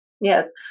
Yes